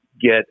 get